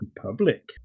Public